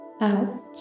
out